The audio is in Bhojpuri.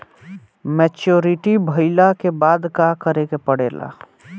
मैच्योरिटी भईला के बाद का करे के पड़ेला?